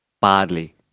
badly